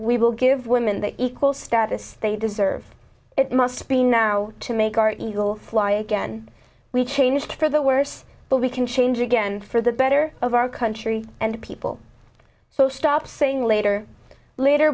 we will give women the equal status they deserve it must be now to make our eagle fly again we changed for the worse but we can change again for the better of our country and people so stop saying later later